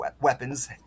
weapons